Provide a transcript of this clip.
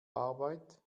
arbeit